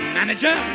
manager